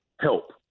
help